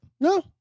No